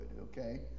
okay